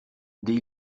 des